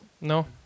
no